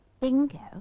bingo